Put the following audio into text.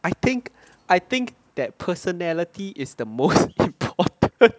I think I think that personality is the most important